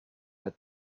had